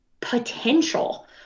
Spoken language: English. potential